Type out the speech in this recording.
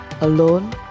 Alone